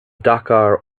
dakar